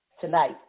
Tonight